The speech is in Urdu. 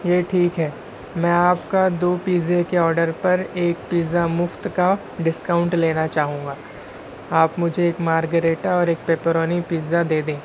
یہ ٹھیک ہے میں آپ کا دو پیزے کے آڈر پر ایک پیزا مفت کا ڈسکاؤنٹ لینا چاہوں گا آپ مجھے ایک مارگریٹا اور ایک پیپرونی پیزا دے دیں